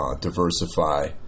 diversify